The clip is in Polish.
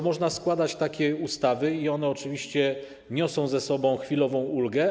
Można składać takie ustawy i one oczywiście niosą ze sobą chwilową ulgę.